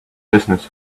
business